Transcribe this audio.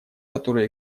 которую